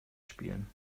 spielen